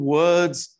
words